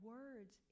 Words